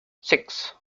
six